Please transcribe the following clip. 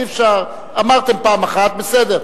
אי-אפשר, אמרתם פעם אחת, בסדר.